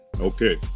Okay